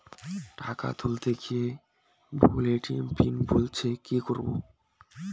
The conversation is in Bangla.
টাকা তুলতে গিয়ে ভুল এ.টি.এম পিন বলছে কি করবো?